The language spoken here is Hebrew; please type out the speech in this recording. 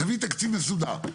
תביא תקציב מסודר.